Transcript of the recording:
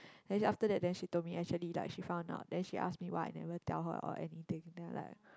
then after that then she told me actually like she found out then she ask me why I never tell her or anything then I like